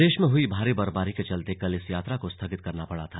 प्रदेश में हुई भारी बर्फबारी के चलते कल इस यात्रा को स्थगित करना पड़ा था